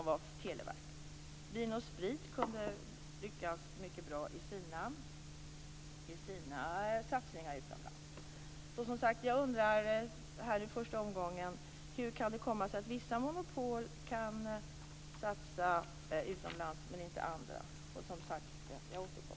Vin & Sprit kunde lyckas mycket bra i sina satsningar utomlands. Jag undrar alltså hur det kan komma sig att vissa monopol kan satsa utomlands men inte andra. Jag återkommer.